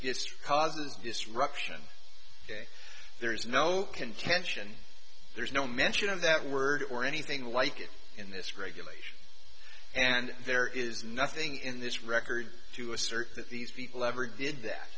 just causes disruption there is no contention there's no mention of that word or anything like it in this regulation and there is nothing in this record to assert that these people ever did that